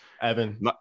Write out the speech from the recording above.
Evan